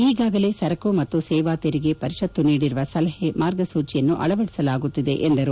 ಈಗಾಗಲೇ ಸರಕು ಮತ್ತು ಸೇವಾ ತೆರಿಗೆ ಪರಿಷತ್ತು ನೀಡಿರುವ ಸಲಹೆ ಮಾರ್ಗಸೂಚಿಯನ್ನು ಅಳವಡಿಸಲಾಗುತ್ತಿದೆ ಎಂದರು